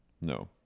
No